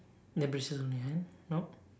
on your hand nope